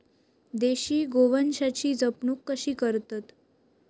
देशी गोवंशाची जपणूक कशी करतत?